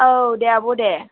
औ दे आब' दे